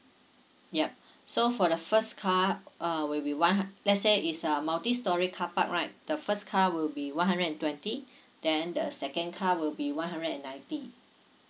yup so for the first car uh will be one hu~ let's say it's a multi storey carpark right the first car will be one hundred and twenty then the second car will be one hundred and ninety